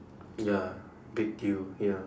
ya big deal ya